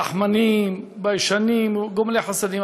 רחמנים, ביישנים, גומלי חסדים.